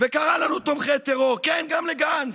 וקרא לנו תומכי טרור, כן, גם לגנץ.